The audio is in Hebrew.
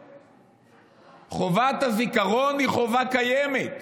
חובת הזיכרון היא חובה קיימת,